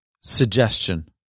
suggestion